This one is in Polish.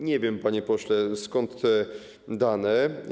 Nie wiem, panie pośle, skąd te dane.